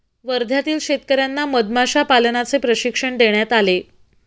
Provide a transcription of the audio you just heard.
वर्ध्यातील शेतकर्यांना मधमाशा पालनाचे प्रशिक्षण देण्यात आले